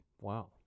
Wow